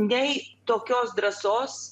nei tokios drąsos